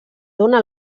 dóna